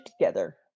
together